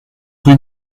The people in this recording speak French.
rue